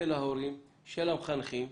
של ההורים, של המחנכים,